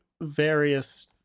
various